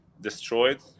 destroyed